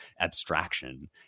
abstraction